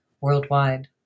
worldwide